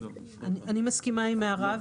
אני מסכימה עם ההערה,